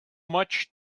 much